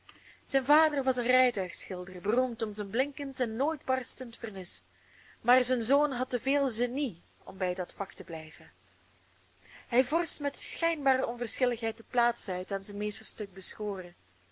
zijn vader was een rijtuigschilder beroemd om zijn blinkend en nooit barstend vernis maar de zoon had te veel zenie om bij dat vak te blijven hij vorscht met schijnbare onverschilligheid de plaats uit aan zijn meesterstuk beschoren